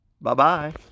Bye-bye